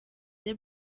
the